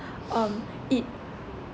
um it